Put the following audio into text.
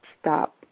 stop